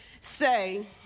say